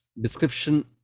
description